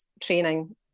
training